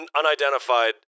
unidentified